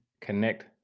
connect